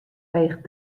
weegt